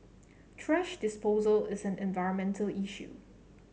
thrash disposal is an environmental issue